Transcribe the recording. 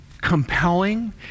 compelling